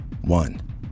One